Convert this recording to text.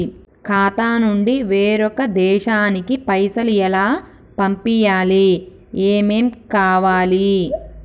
ఖాతా నుంచి వేరొక దేశానికి పైసలు ఎలా పంపియ్యాలి? ఏమేం కావాలి?